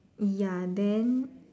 ya then